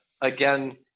again